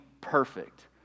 perfect